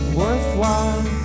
worthwhile